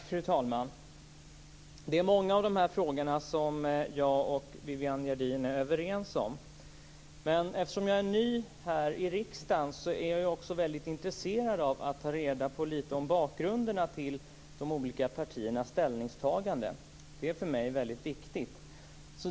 Fru talman! Det är många av frågorna som jag och Viviann Gerdin är överens om. Men eftersom jag är ny här i riksdagen är jag också väldigt intresserad av att ta reda på lite om bakgrunden till de olika partiernas ställningstaganden. Det är för mig väldigt viktigt.